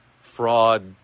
fraud